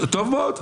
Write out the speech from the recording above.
טוב מאוד.